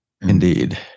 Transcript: indeed